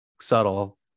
subtle